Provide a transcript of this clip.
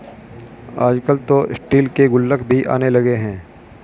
आजकल तो स्टील के गुल्लक भी आने लगे हैं